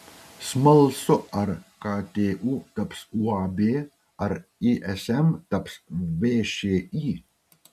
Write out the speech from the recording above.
smalsu ar ktu taps uab ar ism taps všį